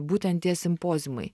būtent tie simpoziumai